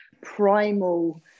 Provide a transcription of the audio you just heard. primal